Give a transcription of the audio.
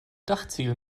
dachziegel